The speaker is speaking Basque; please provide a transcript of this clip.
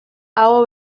aho